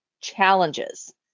challenges